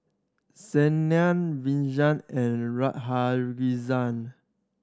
Saina Vishal and Radhakrishnan